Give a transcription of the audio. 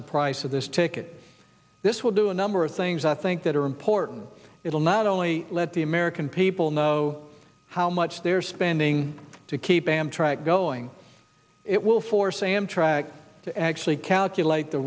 the price of this ticket this will do a number of things i think that are important it will not only let the american people know how much they're spending to keep amtrak going it will force amtrak to actually calculate the